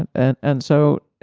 and and and so,